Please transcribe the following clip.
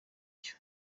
icyo